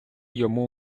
йому